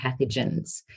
pathogens